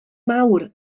mawr